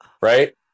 right